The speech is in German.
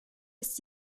ist